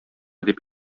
дип